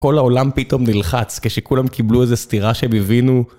כל העולם פתאום נלחץ כשכולם קיבלו איזו סטירה שהם הבינו.